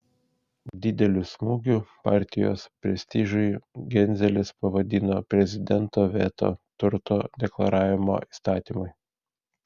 dideliu smūgiu partijos prestižui genzelis pavadino prezidento veto turto deklaravimo įstatymui